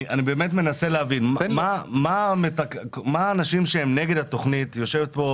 אני באמת מנסה להבין מה אנשים שהם נגד התוכנית רוצים,